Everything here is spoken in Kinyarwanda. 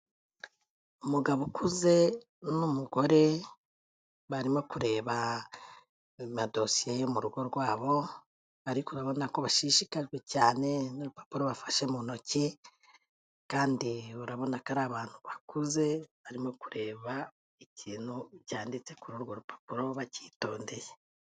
Umugabo ukuze n'umugore, barimo kureba amadosiye yo mu rugo rwabo ariko urabona ko bashishikajwe cyane n'urupapuro bafashe mu ntoki, kandi urabona ko ari abantu bakuze, barimo kureba ikintu cyanditse kuri urwo rupapuro, babyiyitondeye.